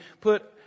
put